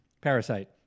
parasite